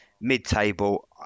mid-table